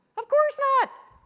of course not!